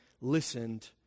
listened